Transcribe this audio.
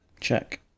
Check